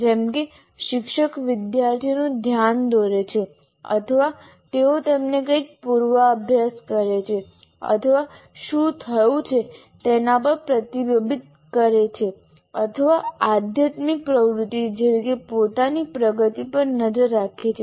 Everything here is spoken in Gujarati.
જેમ કે શિક્ષક વિદ્યાર્થીનું ધ્યાન દોરે છે અથવા તેઓ તેમને કંઈક પૂર્વાભ્યાસ કરે છે અથવા શું થયું છે તેના પર પ્રતિબિંબિત કરે છે અથવા આધ્યાત્મિક પ્રવૃત્તિ જેવી કે પોતાની પ્રગતિ પર નજર રાખે છે